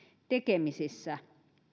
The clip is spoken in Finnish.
tekemisissä